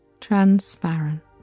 transparent